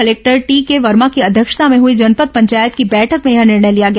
collector TK Verma की अध्यक्षता में हुई जनपद पंचायत की बैठक में यह निर्णय लिया गया